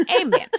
Amen